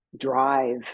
drive